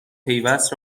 پیوست